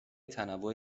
تنوع